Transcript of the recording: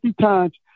times